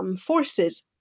forces